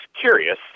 curious